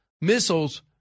missiles